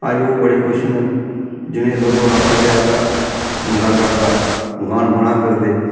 अज्ज लोक बडे़ खुश न जि'नें ई दो दो लक्ख रपेआ जां मिला करदा मकान बनाऽ करदे